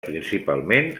principalment